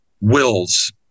Wills